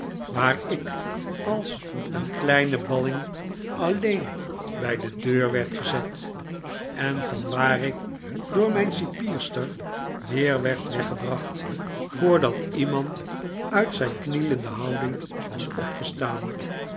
waar ik als een kleine balling alleen bij de deur werd gezet en van waar ik door mijn cipierster weer werd weggebracht voordat iemand uit zijn knielende houding was opgestaan